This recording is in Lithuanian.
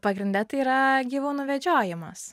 pagrinde tai yra gyvūnų vedžiojimas